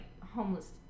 homeless